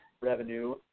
revenue